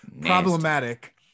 problematic